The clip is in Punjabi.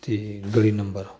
ਅਤੇ ਗਲੀ ਨੰਬਰ